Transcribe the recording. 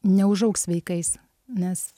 neužaugs sveikais nes